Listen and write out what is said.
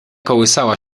kołysała